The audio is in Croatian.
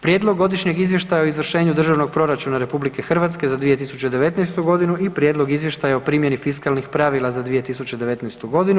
Prijedlog Godišnjeg izvještaja o izvršenju Državnog proračuna RH za 2019. godinu i Prijedlog Izvještaja o primjeni fiskalnih pravila za 2019. godinu.